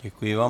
Děkuji vám.